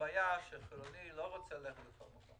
הבעיה היא שהחילוני לא רוצה ללכת לכול.